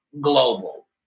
global